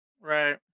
right